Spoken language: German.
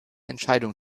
entscheidung